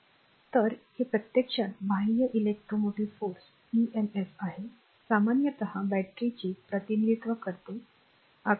तर हे प्रत्यक्षात बाह्य इलेक्ट्रोमोटिव्ह फोर्स इएमएफ आहेसामान्यत बॅटरीचे प्रतिनिधित्व करते आकृती 1